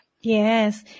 Yes